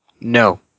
No